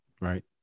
right